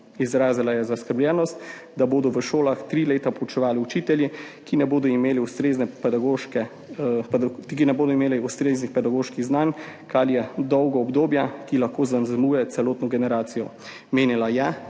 Izrazila je zaskrbljenost, da bodo v šolah 3 leta poučevali učitelji, ki ne bodo imeli ustreznih pedagoških znanj, kar je dolgo obdobje, ki lahko zaznamuje celotno generacijo. Menila je,